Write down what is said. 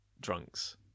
drunks